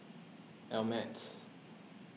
Ameltz